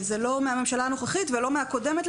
וזה לא מהממשלה הנוכחית ולא מהקודמת.